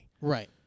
Right